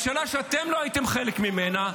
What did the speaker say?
בממשלה שאתם לא הייתם חלק ממנה,